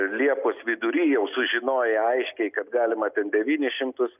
liepos vidury jau sužinoję aiškiai kad galima ten devynis šimtus